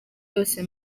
yose